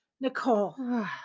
Nicole